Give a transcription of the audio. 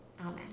Amen